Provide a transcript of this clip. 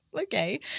okay